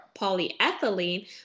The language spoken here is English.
polyethylene